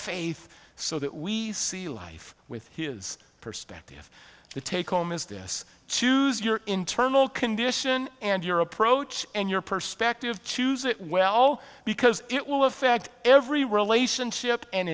faith so that we see life with his perspective the take home is this choose your internal condition and your approach and your perspective choose it well because it will affect every relationship and